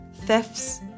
thefts